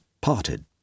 parted